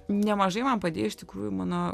nemažai man padėjo iš tikrųjų mano